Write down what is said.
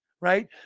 right